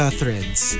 threads